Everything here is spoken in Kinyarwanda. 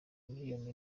miliyoni